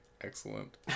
excellent